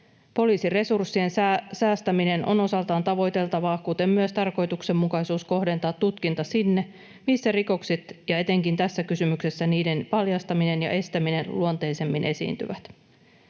Poliisin resurssien säästäminen on osaltaan tavoiteltavaa, kuten myös tarkoituksenmukaisuus kohdentaa tutkinta sinne, missä rikokset ja etenkin tässä kysymyksessä niiden paljastaminen ja estäminen luontaisemmin esiintyvät.